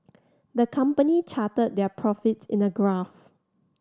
the company charted their profits in a graph